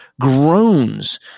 groans